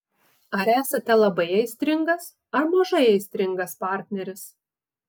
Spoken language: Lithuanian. ar esate labai aistringas ar mažai aistringas partneris